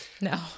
No